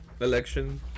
election